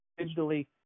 digitally